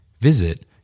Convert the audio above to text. Visit